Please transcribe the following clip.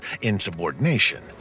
insubordination